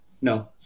No